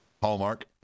Hallmark